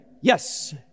Yes